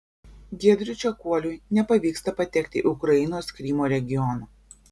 giedriui čekuoliui nepavyksta patekti į ukrainos krymo regioną